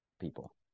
people